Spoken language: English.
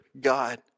God